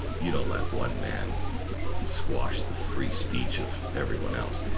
you know let one man squash the free speech of everyone else.